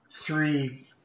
three